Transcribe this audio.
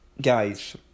Guys